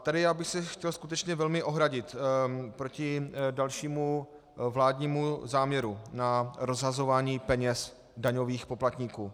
Tady bych se chtěl skutečně velmi ohradit proti dalšímu vládnímu záměru na rozhazování peněz daňových poplatníků.